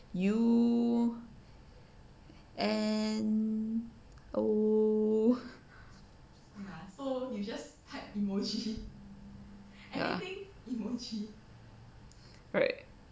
U N O ya right